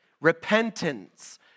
repentance